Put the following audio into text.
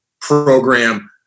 program